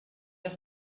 auch